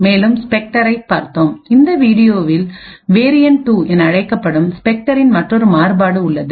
மேலும் ஸ்பெக்டரைப் பார்த்தோம் இந்த வீடியோவில் வேரியண்ட் 2 என அழைக்கப்படும் ஸ்பெக்டரின் மற்றொரு மாறுபாடு உள்ளது